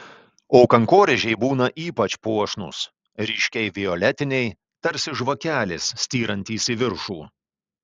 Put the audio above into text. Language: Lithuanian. o kankorėžiai būna ypač puošnūs ryškiai violetiniai tarsi žvakelės styrantys į viršų